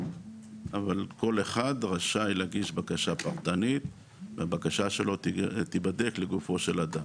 אבל כל אחד רשאי להגיש בקשה פרטנית והבקשה שלו תיבדק לגופו של אדם.